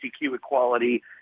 equality